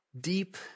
deep